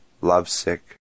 LOVESICK